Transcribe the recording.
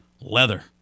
leather